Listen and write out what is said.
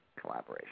collaboration